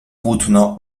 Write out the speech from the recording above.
płótno